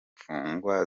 mfungwa